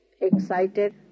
excited